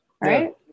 Right